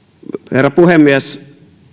herra puhemies